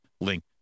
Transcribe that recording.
link